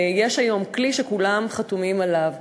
ויש היום כלי שכולם חתומים עליו.